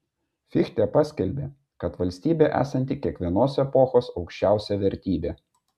fichtė paskelbė kad valstybė esanti kiekvienos epochos aukščiausia vertybė